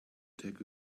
take